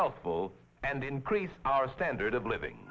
healthful and increase our standard of living